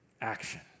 action